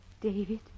David